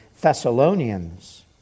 Thessalonians